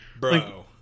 bro